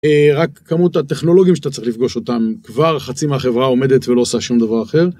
רק כמות הטכנולוגים שאתה צריך לפגוש אותם כבר חצי מהחברה עומדת ולא עושה שום דבר אחר.